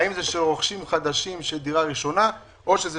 האם זה רוכשים חדשים של דירה ראשונה או שאלה